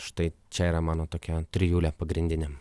štai čia yra mano tokia trijulė pagrindinė